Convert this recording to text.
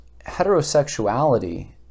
Heterosexuality